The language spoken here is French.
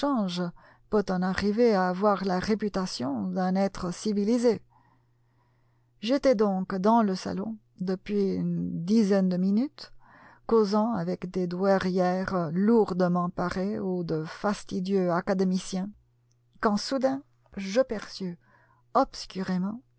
peut arriver à avoir la réputation d'un être civilisé j'étais donc dans le salon depuis une dizaine de minutes causant avec des douairières lourdement parées ou de fastidieux académiciens quand soudain je perçus obscurément